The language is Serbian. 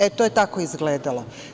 E, to je tako izgledalo.